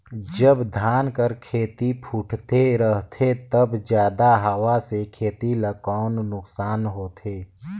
जब धान कर खेती फुटथे रहथे तब जादा हवा से खेती ला कौन नुकसान होथे?